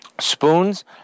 spoons